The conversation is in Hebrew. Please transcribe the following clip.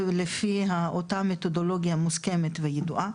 ולפי אותה מתודולוגיה מוסכמת וידועה,